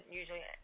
usually